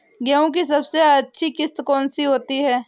गेहूँ की सबसे अच्छी किश्त कौन सी होती है?